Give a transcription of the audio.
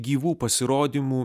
gyvų pasirodymų